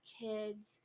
kids